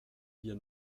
wir